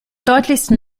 deutlichsten